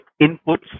inputs